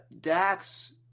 Dax